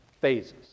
phases